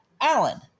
Alan